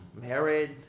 married